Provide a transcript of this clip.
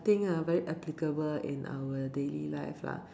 think ah very applicable in our daily life lah